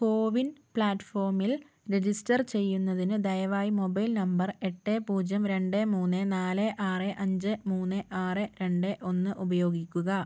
കോവിൻ പ്ലാറ്റ്ഫോമിൽ രജിസ്റ്റർ ചെയ്യുന്നതിന് ദയവായി മൊബൈൽ നമ്പർ എട്ട് പൂജ്യം രണ്ട് മൂന്ന് നാല് ആറ് അഞ്ച് മൂന്ന് ആറ് രണ്ട് ഒന്ന് ഉപയോഗിക്കുക